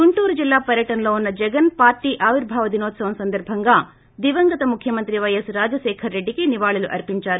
గుంటూరు జిల్లా పర్యటనలో ఉన్న జగన్ పార్ల ఆవిర్భావ దినోత్సవం సందర్భంగా దివంగత ముఖ్యమంత్రి వైఎస్ రాజశేఖర్ రెడ్డికి నివాళులు అర్పించారు